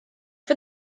for